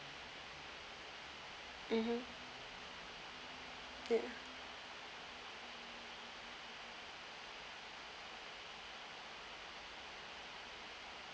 mmhmm yeah